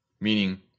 meaning